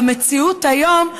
במציאות היום,